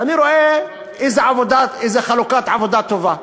ואני רואה איזו חלוקת עבודה טובה,